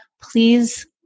please